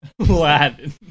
Aladdin